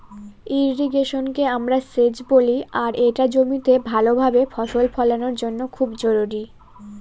ইর্রিগেশনকে আমরা সেচ বলি আর এটা জমিতে ভাল ভাবে ফসল ফলানোর জন্য খুব জরুরি